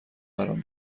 برام